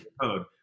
code